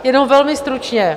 Jenom velmi stručně.